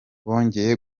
bongeye